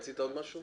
רצית עוד משהו?